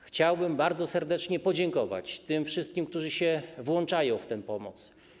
Chciałbym bardzo serdecznie podziękować tym wszystkim, którzy się włączają w tę pomoc.